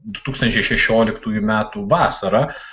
du tūkstančiai šešioliktųjų metų vasarą